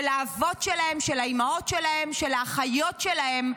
של האבות שלהם, של האימהות שלהם, של האחיות שלהם,